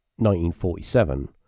1947